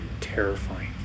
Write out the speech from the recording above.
terrifying